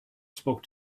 spoke